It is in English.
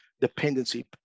dependency